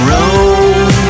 Road